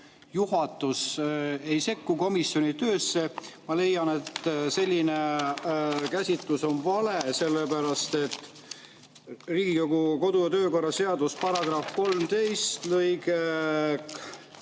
juhatus ei sekku komisjoni töösse. Ma leian, et selline käsitlus on vale, sellepärast et Riigikogu kodu‑ ja töökorra seaduse § 13 lõike